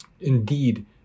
indeed